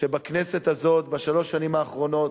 שבכנסת הזאת בשלוש השנים האחרונות,